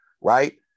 right